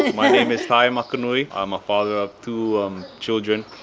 my name is ty makanui. i'm a father of two um children.